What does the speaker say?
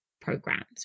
programs